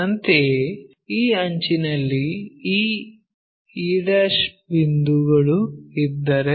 ಅಂತೆಯೇ ಈ ಅಂಚಿನಲ್ಲಿ ಈ e ಬಿಂದುಗಳು ಇದ್ದರೆ